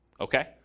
okay